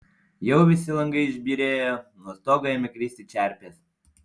jau visi langai išbyrėjo nuo stogo ėmė kristi čerpės